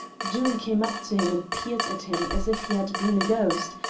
doom came up to him and peered at him as if he had been a ghost,